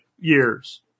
years